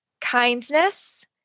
kindness